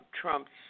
Trump's